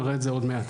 נראה את זה עוד מעט.